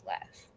left